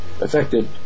affected